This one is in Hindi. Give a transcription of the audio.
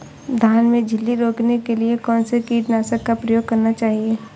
धान में इल्ली रोकने के लिए कौनसे कीटनाशक का प्रयोग करना चाहिए?